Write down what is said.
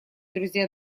друзья